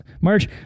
march